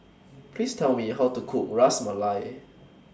Please Tell Me How to Cook Ras Malai